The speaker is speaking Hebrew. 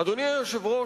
אדוני היושב-ראש,